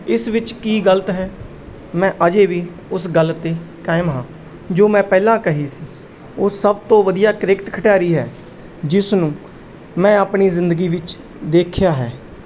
ਇਸ ਵਿੱਚ ਕੀ ਗਲਤ ਹੈ ਮੈਂ ਅਜੇ ਵੀ ਉਸ ਗੱਲ 'ਤੇ ਕਾਇਮ ਹਾਂ ਜੋ ਮੈਂ ਪਹਿਲਾਂ ਕਹੀ ਸੀ ਉਹ ਸਭ ਤੋਂ ਵਧੀਆ ਕ੍ਰਿਕਟ ਖਿਡਾਰੀ ਹੈ ਜਿਸ ਨੂੰ ਮੈਂ ਆਪਣੀ ਜ਼ਿੰਦਗੀ ਵਿੱਚ ਦੇਖਿਆ ਹੈ